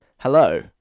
Hello